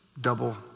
double